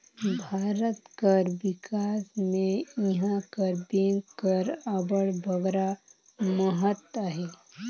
भारत कर बिकास में इहां कर बेंक कर अब्बड़ बगरा महत अहे